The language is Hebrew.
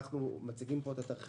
אנחנו מציגים פה את התרחישים.